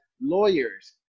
lawyers